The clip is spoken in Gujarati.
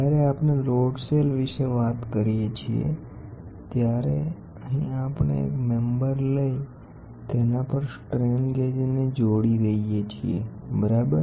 જ્યારે આપણે લોડ સેલ વિશે વાત કરીએ છીએ ત્યારે અહી આપણે એક મેમ્બર લઇ તેના પર સ્ટ્રેનગેજને જોડી દઇએ છીએ બરાબર